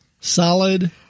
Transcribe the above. Solid